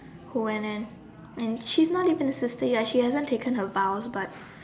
who went in and she's not even a sister yet she haven't taken her vows but